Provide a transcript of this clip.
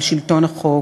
על שלטון החוק,